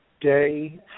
day